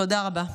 תודה רבה.